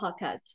podcast